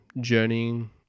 journeying